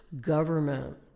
government